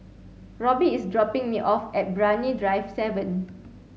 Robby is dropping me off at Brani Drive seven